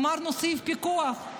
אמרנו: סעיף פיקוח.